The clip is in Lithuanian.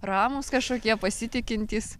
ramūs kažkokie pasitikintys